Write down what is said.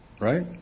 Right